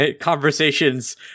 conversations